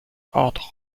ordre